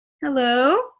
Hello